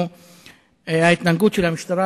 הוא ההתנהגות של המשטרה.